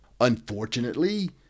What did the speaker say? Unfortunately